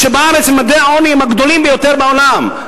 כשבארץ ממדי העוני הם הגדולים ביותר בעולם?